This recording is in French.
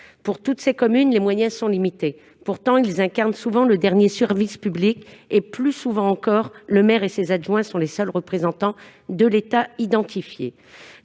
Dans toutes ces communes, les moyens sont limités. Pourtant, leurs mairies incarnent souvent le dernier service public et, plus souvent encore, le maire et ses adjoints sont les seuls représentants de l'État identifiés.